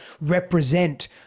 represent